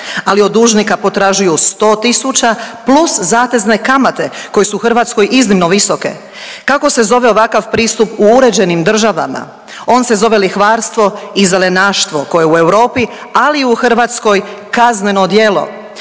ali od dužnika potražuju 100 tisuća plus zatezne kamate koje su u Hrvatskoj iznimno visoke. Kako se zove ovakav pristup u uređenim državama? On se zove lihvarstvo i zelenaštvo koje u Europi, ali i u Hrvatskoj kazneno djelo.